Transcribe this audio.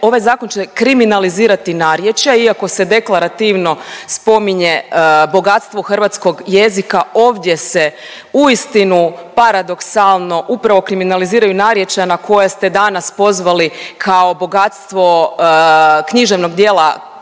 Ovaj zakon će kriminalizirati narječja, iako se deklarativno spominje bogatstvo hrvatskog jezika, ovdje se uistinu paradoksalno upravo kriminaliziraju narječja na koja ste danas pozvali kao bogatstvo književnog djela Katarine